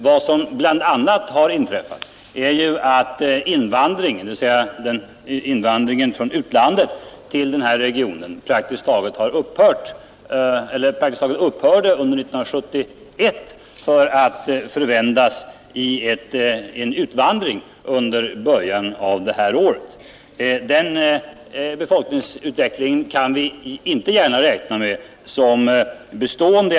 Vad som bl.a. inträffat är ju att invandringen från utlandet till denna region praktiskt taget upphörde under 1971 och vänts i en utvandring under början av detta år. Den befolkningsutvecklingen kan vi inte gärna räkna med som bestående.